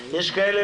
יש כאלה,